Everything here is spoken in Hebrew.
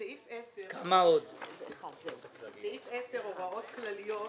בסעיף 10, הוראות כלליות.